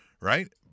right